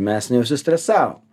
mes neužsistresavom